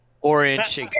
Orange